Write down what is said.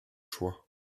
choix